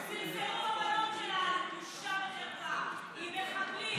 חברת הכנסת מאי גולן,